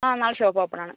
ആ നാളെ shop open ആണ്